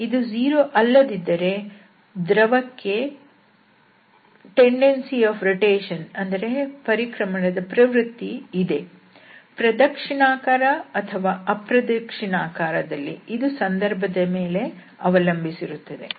ಇದು 0 ಅಲ್ಲದಿದ್ದರೆ ದ್ರವಕ್ಕೆ ಪರಿಕ್ರಮಣದ ಪ್ರವೃತ್ತಿ ಇದೆ ಪ್ರದಕ್ಷಿಣಾಕಾರ ದಲ್ಲಿ ಅಥವಾ ಅಪ್ರದಕ್ಷಿಣಾಕಾರದಲ್ಲಿ ಇದು ಸಂದರ್ಭದ ಮೇಲೆ ಅವಲಂಬಿಸಿರುತ್ತದೆ